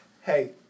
Hey